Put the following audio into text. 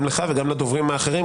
גם לך וגם לדוברים האחרים,